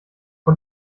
vor